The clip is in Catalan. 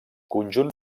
conjunt